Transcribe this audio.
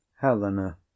helena